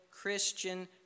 Christian